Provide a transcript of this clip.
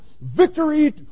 victory